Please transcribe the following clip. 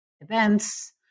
events